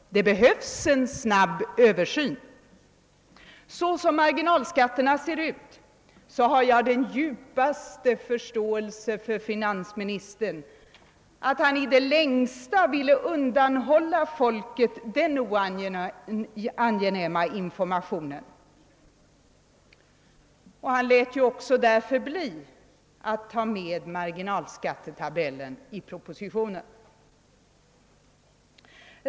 Det behövs en snabb översyn. Såsom marginalskatterna ser ut, har jag den djupaste förståelse för att finansministern i det längsta ville undanhålla folket den oangenäma informationen. Han lät ju också därför bli att ta med marginalskattetabellen i propositionen.